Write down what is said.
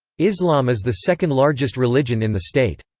islam is the second largest religion in the state.